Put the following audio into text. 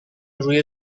روی